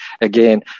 again